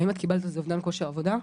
האם את קיבלת על זה אובדן כושר עבודה?